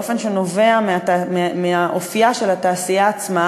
באופן שנובע מאופייה של התעשייה עצמה